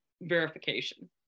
verification